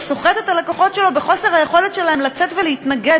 הוא סוחט את הלקוחות שלו בחוסר היכולת שלהם לצאת ולהתנגד,